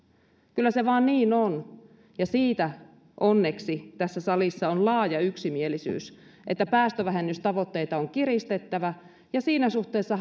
kyllä se vaan niin on siitä onneksi tässä salissa on laaja yksimielisyys siitä että päästövähennystavoitteita on kiristettävä ja siinä suhteessa